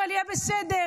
אבל יהיה בסדר,